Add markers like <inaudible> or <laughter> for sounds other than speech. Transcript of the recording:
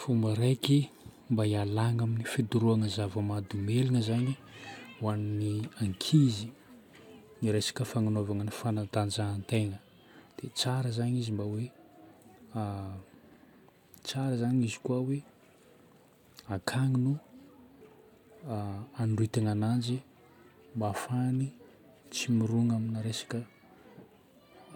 Fomba raiky mba hialagna amin'ny fidorohana zava-mahadomeligna zagny ho an'ny ankizy ny resaka fagnanovana ny fanatanjahan-tegna. Dia tsara zagny izy mba hoe, <hesitation> tsara zagny izy koa hoe akagny no anondritana ananjy mba hahafahany tsy mirona amina resaka